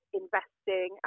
investing